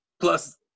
Plus